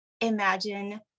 imagine